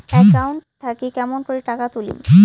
Account থাকি কেমন করি টাকা তুলিম?